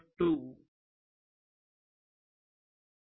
15